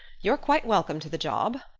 you're quite welcome to the job.